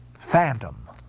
phantom